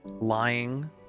lying